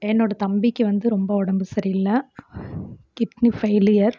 என்னோடயா தம்பிக்கு வந்து ரொம்ப உடம்பு சரியில்லை கிட்னி ஃபெய்லியர்